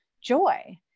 joy